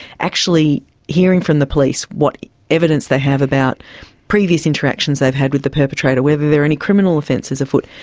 actually hearing from the police what evidence they have about previous interactions they've had with the perpetrator, whether there are any criminal offences afoot.